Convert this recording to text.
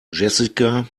jessica